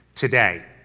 today